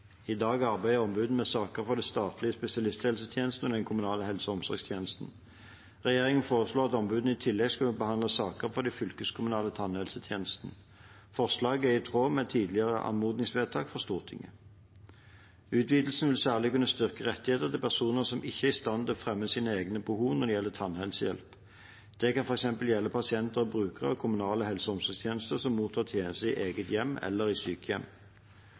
I dag arbeider ombudene med saker fra den statlige spesialisthelsetjenesten og den kommunale helse- og omsorgstjenesten. Regjeringen foreslår at ombudene i tillegg skal kunne behandle saker fra den fylkeskommunale tannhelsetjenesten. Forslaget er i tråd med tidligere anmodningsvedtak fra Stortinget. Utvidelsen vil særlig kunne styrke rettighetene til personer som ikke er i stand til å fremme sine egne behov når det gjelder tannhelsehjelp. Det kan f.eks. gjelde pasienter og brukere av kommunale helse- og omsorgstjenester som mottar tjenester i eget hjem eller i sykehjem.